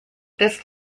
this